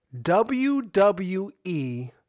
WWE